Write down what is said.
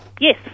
yes